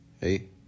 Hey